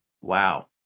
wow